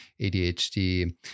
ADHD